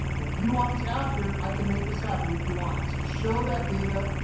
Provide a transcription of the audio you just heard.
if you want the after, i can make this happen if you want it. so show that data.